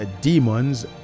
demons